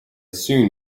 soon